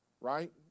right